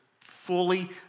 fully